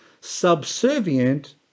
subservient